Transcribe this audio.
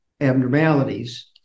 abnormalities